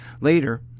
Later